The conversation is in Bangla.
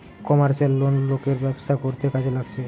কমার্শিয়াল লোন লোকের ব্যবসা করতে কাজে লাগছে